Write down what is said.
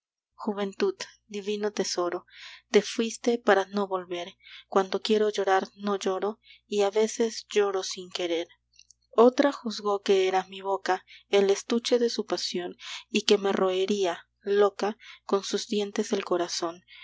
juventud divino tesoro te fuiste para no volver cuando quiero llorar no lloro y a veces lloro sin querer otra juzgó que era mi boca el estuche de su pasión y que me roería loca con sus dientes el corazón